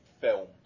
film